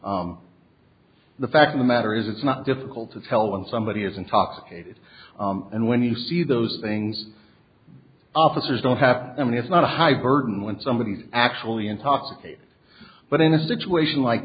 intoxication the fact of the matter is it's not difficult to tell when somebody is intoxicated and when you see those things officers don't have i mean it's not a high burden when somebody actually intoxicated but in a situation like